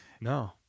no